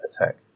attack